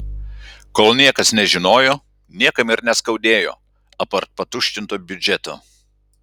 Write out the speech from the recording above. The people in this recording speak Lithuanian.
kol niekas nežinojo niekam ir neskaudėjo apart patuštinto biudžeto